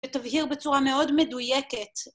‫ותבהיר בצורה מאוד מדויקת.